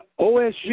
OSU